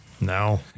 No